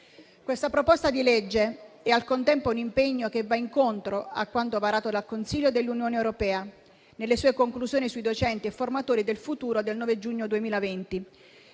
Questo disegno di legge è, al contempo, un impegno che va incontro a quanto varato dal Consiglio dell'Unione europea nelle sue conclusioni sui docenti e formatori del futuro del 9 giugno 2020.